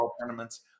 tournaments